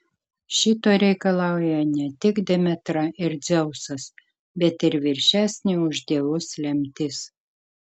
šito reikalauja ne tik demetra ir dzeusas bet ir viršesnė už dievus lemtis